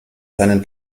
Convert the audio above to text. seinen